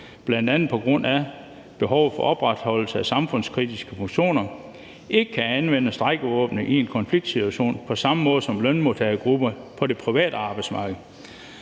bl.a. på grund af behovet for opretholdelse af samfundskritiske funktioner, ikke kan anvende strejkevåbnet i en konfliktsituation på samme måde, som lønmodtagergrupper på det private arbejdsmarked,